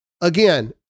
Again